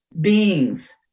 beings